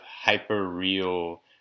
hyper-real